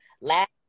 last